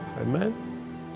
Amen